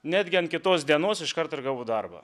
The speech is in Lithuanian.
netgi ant kitos dienos iškart ir gavau darbą